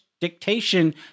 dictation